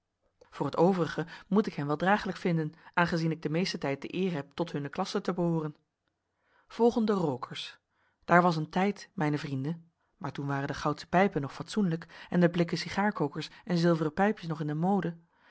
voor het overige moet ik hen wel dragelijk vinden aangezien ik den meesten tijd de eer heb tot hunne klasse te behooren volgen de rookers daar was een tijd mijne vrienden maar toen waren de goudsche pijpen nog fatsoenlijk en de blikken sigaarkokers en zilveren pijpjes nog in de mode